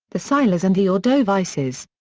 the silures and the ordovices.